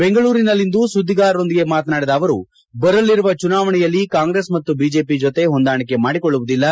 ಬೆಂಗಳೂರಿನಲ್ಲಿಂದು ಸುದ್ದಿಗಾರರೊಂದಿಗೆ ಮಾತನಾಡಿದ ಅವರು ಬರಲಿರುವ ಚುನಾವಣೆಯಲ್ಲಿ ಕಾಂಗ್ರೆಸ್ ಮತ್ತು ಬಿಜೆಪಿ ಜೊತೆ ಹೊಂದಾಣಿಕೆ ಮಾಡಿಕೊಳ್ಳುವುದಿಲ್ಲ